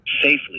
safely